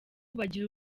bagira